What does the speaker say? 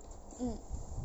mm